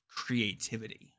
Creativity